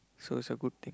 so is a good thing